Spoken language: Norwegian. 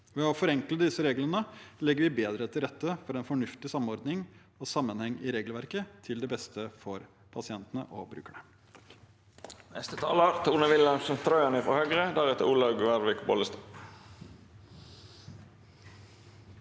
Ved å forenkle disse reglene legger vi bedre til rette for en fornuftig samordning og sammenheng i regelverket – til beste for pasientene og brukerne.